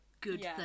good